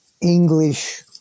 English